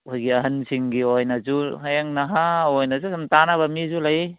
ꯑꯩꯈꯣꯏꯒꯤ ꯑꯍꯜꯁꯤꯡꯒꯤ ꯑꯣꯏꯅꯁꯨ ꯍꯌꯦꯡ ꯅꯍꯥꯁꯤꯡꯅꯁꯨ ꯑꯗꯨꯝ ꯇꯥꯅꯕ ꯃꯤꯁꯨ ꯂꯩ